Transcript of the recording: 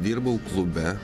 dirbau klube